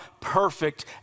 perfect